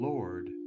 Lord